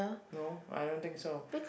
no I don't think so